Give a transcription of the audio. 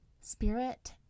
spirit